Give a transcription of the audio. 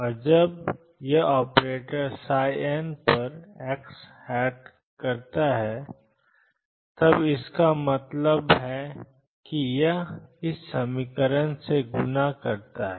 और जब यह ऑपरेटर n पर x करता है तो इसका मतलब है कि यह xmxndx से गुणा करता है